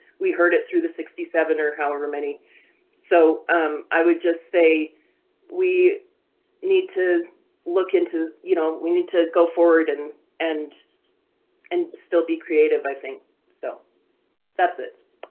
we heard it through the sixty seven or however many so i would just say we need to look into, you know, we need to go forward and and and still be creative. i think so that's it.